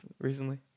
recently